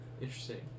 Interesting